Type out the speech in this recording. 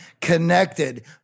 connected